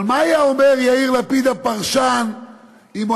אבל מה היה אומר יאיר לפיד הפרשן אם הוא